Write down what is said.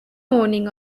morning